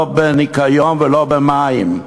לא בניקיון ולא במים?